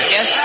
Yes